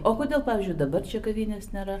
o kodėl pavyzdžiui dabar čia kavinės nėra